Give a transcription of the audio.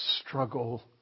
struggle